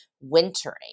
Wintering